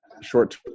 short